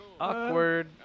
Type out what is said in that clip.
awkward